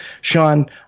sean